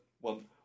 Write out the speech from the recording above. one